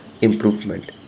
improvement